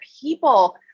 people